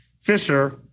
Fisher